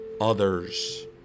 others